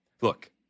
look